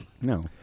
No